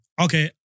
okay